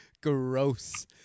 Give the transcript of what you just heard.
Gross